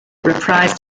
reprised